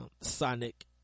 Sonic